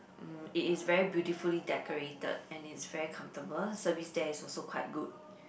mm it is very beautifully decorated and it's very comfortable service there is also quite good